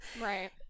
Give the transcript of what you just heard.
Right